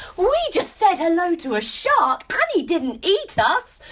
we just said hello to a shark, and he didn't eat us!